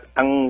ang